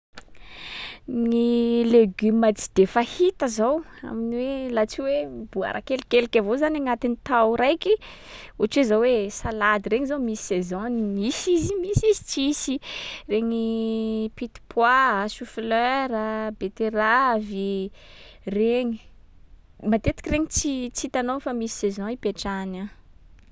Gny légume tsy de fahita zao amin’ny hoe- laha tsy hoe boara kelikeliky avao zany agnatin’ny tao raiky, ohatry hoe zao hoe salady regny zao misy saison-ny misy izy, misy izy tsisy. Regny pit pois a, choux-fleur a, beteravy, reny. Matetiky regny tsy- tsy hitanao fa misy saison ipetrahany a.